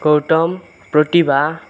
Gautam Pratibha